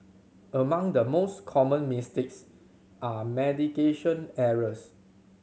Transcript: among the most common mistakes are medication errors